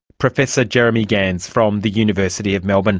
professor jeremy gans from the university of melbourne.